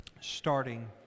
starting